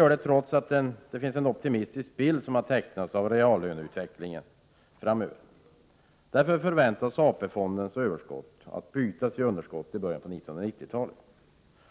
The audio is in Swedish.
Detta trots den optimistiska bild som tecknats av reallöneutvecklingen. Därför förväntas AP-fondens överskott bytas i underskott i början av 1990-talet.